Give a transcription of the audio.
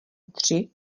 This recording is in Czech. tři